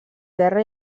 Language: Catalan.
terra